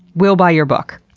we'll buy your book.